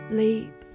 leap